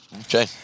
okay